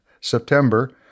September